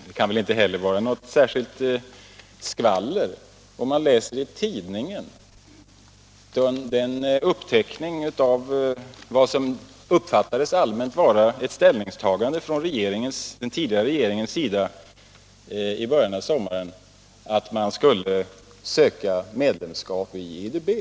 Det kan väl inte heller vara att anlita skvallerkällor, om man i tidningen läser om den uppteckning som gjorts av vad som allmänt uppfattades som ett ställningstagande från den tidigare regeringens sida i början av sommaren, alltså att man skulle söka medlemskap i IDB.